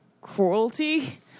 cruelty